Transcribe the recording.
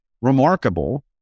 remarkable